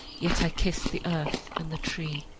yet i kissed the earth and the tree.